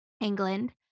England